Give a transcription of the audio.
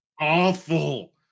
awful